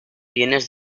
bienes